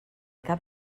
cap